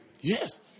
Yes